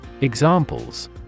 Examples